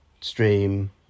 stream